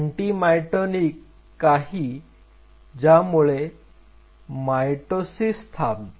anti mitotic काही की ज्यामुळे मायटोसिस थांबते